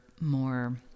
more